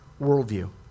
worldview